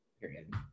period